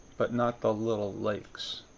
but not the little lakes.